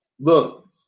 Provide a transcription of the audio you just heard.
Look